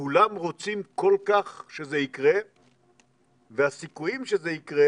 כולם רוצים כל כך שזה יקרה והסיכויים שזה יקרה